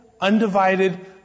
undivided